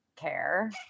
care